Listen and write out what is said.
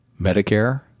Medicare